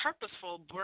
purposeful